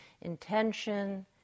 intention